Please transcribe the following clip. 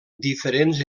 diferents